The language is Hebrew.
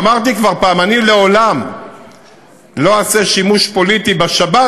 אמרתי כבר פעם: אני לעולם לא אעשה שימוש פוליטי בשבת,